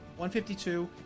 152